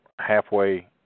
halfway